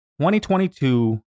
2022